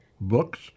books